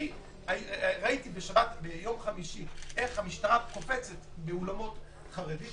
ראיתי ביום חמישי איך המשטרה קופצת באולמות חרדיים,